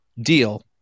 deal